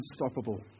unstoppable